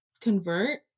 convert